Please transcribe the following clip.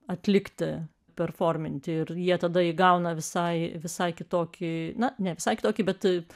atlikti performinti ir jie tada įgauna visai visai kitokį na ne visai kitokį bet